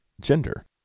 gender